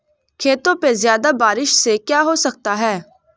खेतों पे ज्यादा बारिश से क्या हो सकता है?